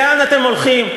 לאן אתם הולכים,